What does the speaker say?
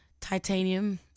Titanium